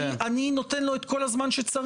אני נותן לו את כל הזמן שצריך.